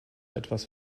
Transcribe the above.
etwas